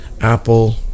apple